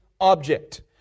object